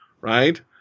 right